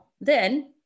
then-